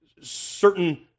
Certain